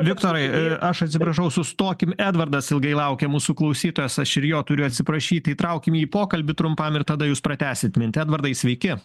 viktorai e aš atsiprašau sustokim edvardas ilgai laukia mūsų klausytojas aš ir jo turiu atsiprašyti įtraukim jį į pokalbį trumpam ir tada jūs pratęsit mintį edvardai sveiki